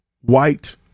white